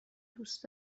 دوست